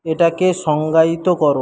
এটাকে সংজ্ঞায়িত করো